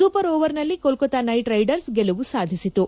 super ಓವರ್ನಲ್ಲಿ Kolkata Knight Riders ಗೆಲುವು ಸಾಧಿಸಿತು